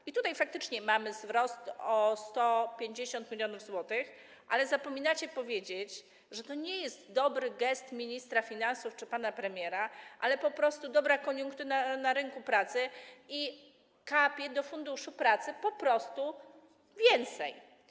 I tutaj faktycznie mamy wzrost o 150 mln zł, ale zapominacie powiedzieć, że to nie jest dobry gest ministra finansów czy pana premiera, ale po prostu jest dobra koniunktura na rynku pracy i do Funduszu Pracy po prostu kapie więcej.